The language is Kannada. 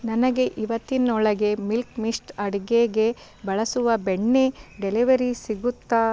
ನನಗೆ ಇವತ್ತಿನೊಳಗೆ ಮಿಲ್ಕ್ ಮಿಶ್ಟ್ ಅಡುಗೆಗೆ ಬಳಸುವ ಬೆಣ್ಣೆ ಡೆಲಿವರಿ ಸಿಗುತ್ತಾ